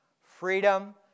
Freedom